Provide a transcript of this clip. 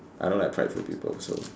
I don't like prideful people so